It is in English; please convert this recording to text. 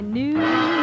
new